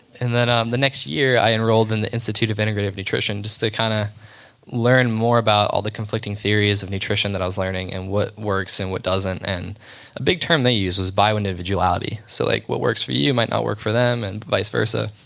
and then um the next year, i enrolled in the institute of integrative nutrition just to kind of learn more about all the conflicting theories of nutrition that i was learning and what works and what doesn't. and a big term they use is bionivegulouti so like, what works for you might not work for them and vice versa.